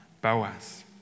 Boaz